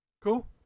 Cool